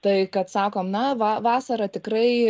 tai kad sakom na va vasarą tikrai